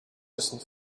tussen